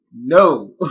no